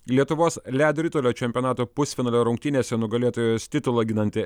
lietuvos ledo ritulio čempionato pusfinalio rungtynėse nugalėtojos titulą ginanti